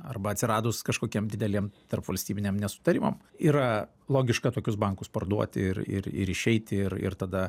arba atsiradus kažkokiem dideliem tarpvalstybiniam nesutarimam yra logiška tokius bankus parduoti ir ir ir išeiti ir ir tada